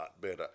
better